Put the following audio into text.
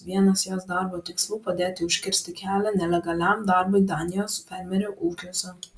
vienas jos darbo tikslų padėti užkirsti kelią nelegaliam darbui danijos fermerių ūkiuose